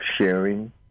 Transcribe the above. sharing